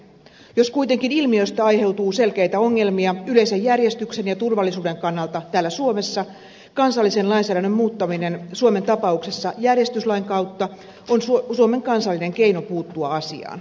jos kuitenkin ilmiöstä aiheutuu selkeitä ongelmia yleisen järjestyksen ja turvallisuuden kannalta täällä suomessa kansallisen lainsäädännön muuttaminen suomen tapauksessa järjestyslain kautta on suomen kansallinen keino puuttua asiaan